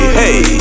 hey